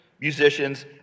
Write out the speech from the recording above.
musicians